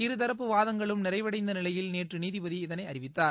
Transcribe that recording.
இருதரப்பு வாதங்களும் நிறைவடைந்த நிலையில் நேற்று நீதிபதி இதனை அறிவித்தார்